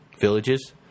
villages